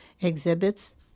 exhibits